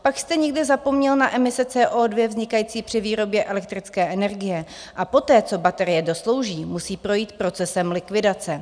Pak jste někde zapomněl na emise CO2 vznikající při výrobě elektrické energie, a poté, co baterie doslouží, musí projít procesem likvidace.